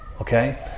okay